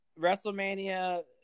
WrestleMania